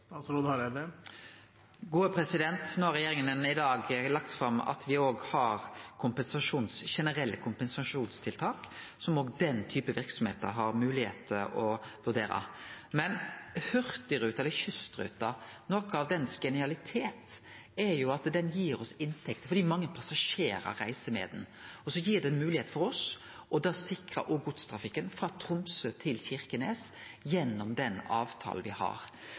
har i dag lagt fram at me òg har generelle kompensasjonstiltak, som òg den type verksemder har moglegheit til å vurdere. Men når det gjeld Hurtigruten, eller kystruta, er jo noko av genialiteten der at den gir oss inntekt fordi mange passasjerar reiser med den, og så gir det ei moglegheit for oss til å sikre godstrafikken frå Tromsø til Kirkenes gjennom den avtalen me har.